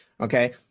Okay